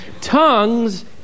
tongues